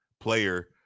player